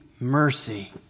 mercy